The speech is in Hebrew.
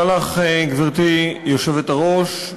גברתי היושבת-ראש,